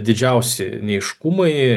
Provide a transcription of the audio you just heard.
didžiausi neaiškumai